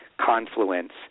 confluence